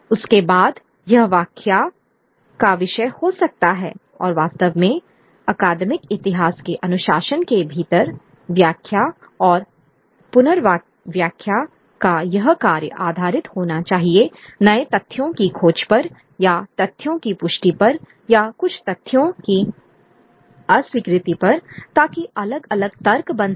उसके बाद यह व्याख्या का विषय हो सकता है और वास्तव में अकादमिक इतिहास के अनुशासन के भीतर व्याख्या और पुनर्व्याख्या का यह कार्य आधारित होना चाहिए नए तथ्यों की खोज पर या तथ्यों की पुष्टि पर या कुछ तथ्यों की अस्वीकृति पर ताकि अलग अलग तर्क बन सके